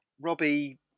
Robbie